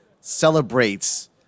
celebrates